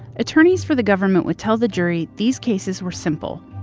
attorneys for the government would tell the jury, these cases were simple.